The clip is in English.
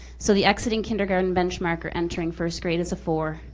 so the exiting kindergarten benchmark or entering first grade is a four,